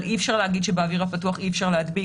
אבל אי אפשר להגיד שבאוויר הפתוח אי אפשר להדביק.